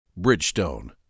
Bridgestone